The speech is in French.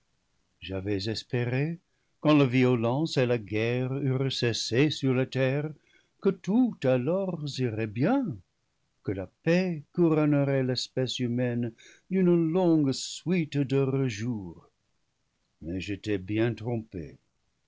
j'avais espéré quand la violence et la guerre eurent cessé sur la terre que tout alors irait bien que la paix couronnerait l'espèce humaine d'une longue suite d'heureux jours mais j'étais bien trompé